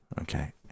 okay